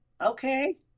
Okay